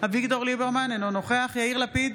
אביגדור ליברמן, אינו נוכח יאיר לפיד,